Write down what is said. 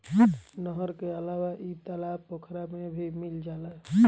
नहर के अलावा इ तालाब पोखरा में भी मिल जाला